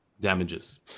damages